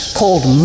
called